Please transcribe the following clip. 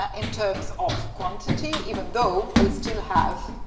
ah in terms of quantity, even though we still have,